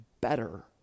better